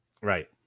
Right